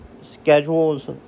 schedules